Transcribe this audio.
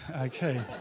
Okay